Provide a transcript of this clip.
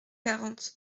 quarante